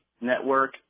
Network